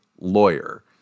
lawyer